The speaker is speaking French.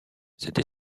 cette